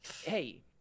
Hey